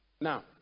Now